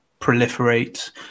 proliferate